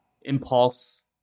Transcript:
impulse